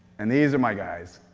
and these are my guys.